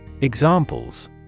Examples